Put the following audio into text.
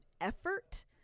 effort